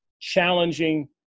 challenging